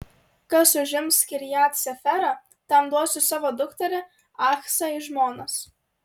kas užims kirjat seferą tam duosiu savo dukterį achsą į žmonas